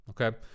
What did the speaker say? okay